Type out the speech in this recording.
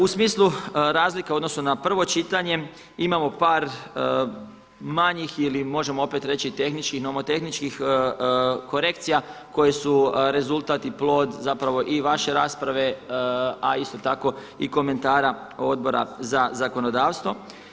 U smislu razlika u odnosu na prvo čitanje imamo par manjih ili možemo opet reći tehničkih, nomotehničkih korekcija koje su rezultat i plod zapravo i vaše rasprave a isto tako i komentara Odbora za zakonodavstvo.